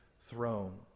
throne